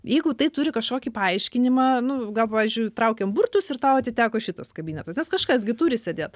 jeigu tai turi kažkokį paaiškinimą nu gal pavyzdžiui traukėm burtus ir tau atiteko šitas kabinetas nes kažkas gi turi sėdėt